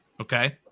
okay